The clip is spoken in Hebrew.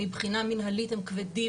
מבחינה מינהלית הם כבדים,